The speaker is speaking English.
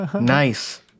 Nice